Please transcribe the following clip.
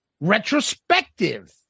Retrospective